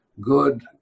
good